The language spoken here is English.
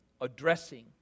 addressing